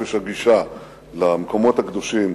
חופש הגישה למקומות הקדושים,